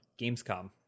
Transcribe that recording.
Gamescom